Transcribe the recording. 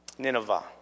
Nineveh